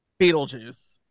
Beetlejuice